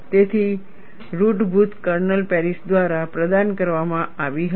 તેથી રુટભૂત kernel Paris દ્વારા પ્રદાન કરવામાં આવી હતી